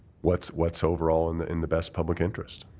what's what's overall in the in the best public interest?